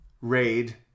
raid